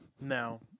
no